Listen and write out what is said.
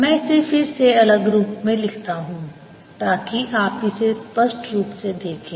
मैं इसे फिर से अलग रंग में लिखता हूं ताकि आप इसे स्पष्ट रूप से देखें